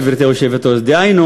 גברתי היושבת-ראש.